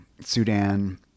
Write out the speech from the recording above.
Sudan